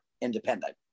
independent